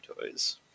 toys